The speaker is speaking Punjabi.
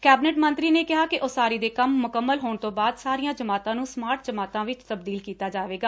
ਕੈਬਨਿਟ ਮੰਤਰੀ ਨੇ ਕਿਹਾ ਕਿ ਉਸਾਰੀ ਦੇ ਕੰਮ ਮੁਕੰਮਲ ਹੋਣ ਤੋਂ ਬਾਅਦ ਸਾਰੀਆਂ ਜਮਾਤਾਂ ਨੂੰ ਸਮਾਰਟ ਜਮਾਤਾਂ ਵਿਚ ਤਬਦੀਲ ਕੀਤਾ ਜਾਵੇਗਾ